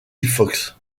fox